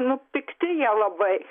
nu pirkti jie labai